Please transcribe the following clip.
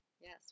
yes